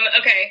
okay